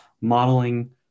modeling